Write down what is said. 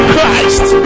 Christ